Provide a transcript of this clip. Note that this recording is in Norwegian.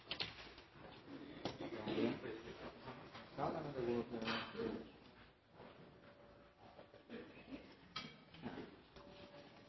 det som går